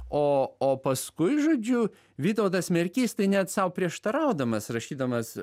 o o paskui žodžiu vytautas merkys tai net sau prieštaraudamas rašydamas